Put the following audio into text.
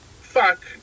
fuck